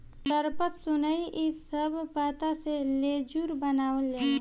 सरपत, सनई इ सब पत्ता से लेजुर बनावाल जाला